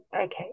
Okay